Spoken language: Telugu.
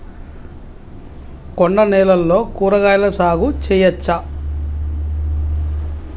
కొండ నేలల్లో కూరగాయల సాగు చేయచ్చా?